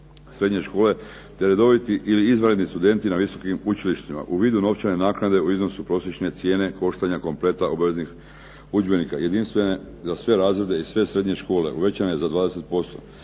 srednje škole te redoviti ili izvanredni studenti na visokim učilištima. U vidu novčane naknade u iznosu prosječne cijene koštanja kompleta obaveznih udžbenika jedinstvene za sve razrede i sve srednje škole, uvećane za 20%.